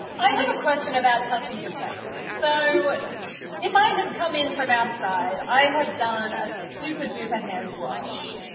i have a question about touching your face. so but if i have come in from outside, i have done a super-duper hand wash,